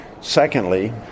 Secondly